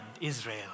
Israel